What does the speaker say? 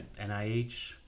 NIH